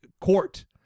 court